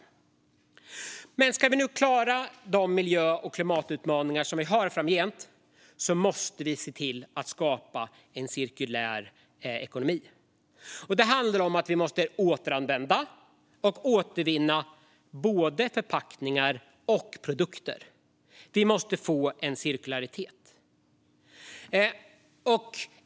Om vi ska klara de miljö och klimatutmaningar som finns framöver måste vi se till att skapa en cirkulär ekonomi. Det handlar om att vi måste återanvända och återvinna både förpackningar och produkter. Vi måste få en cirkularitet.